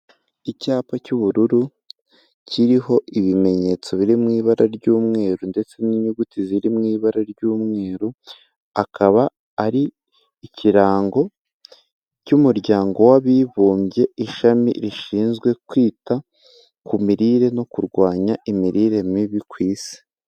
Icyapa cy'ubururu kiriho ibimenyetso biri mu ibara ry'umweru ndetse n'inyuguti ziri mu ibara ry'umweru, akaba ari ikirango cy'umuryango w'abibumbye ishami rishinzwe kwita ku mirire no kurwanya imirire mibi ku isi.